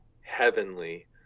heavenly